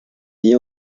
vie